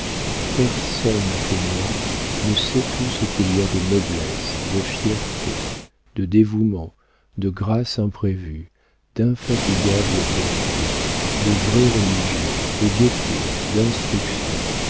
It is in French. personne que moi ne sait tout ce qu'il y a de noblesse de fierté de dévouement de grâce imprévue d'infatigable bonté de vraie religion de gaieté d'instruction